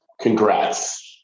congrats